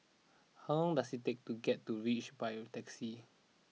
how long does it take to get to reach by taxi